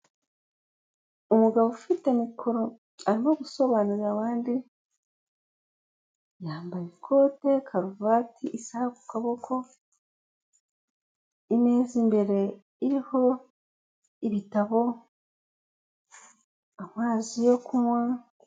Umugabo ufite mikoro arimo gusobanurira abandi yambaye ikote, karuvate, isaha ku kaboko, imeza imbere iriho ibitabo, amazi yo kunywa,...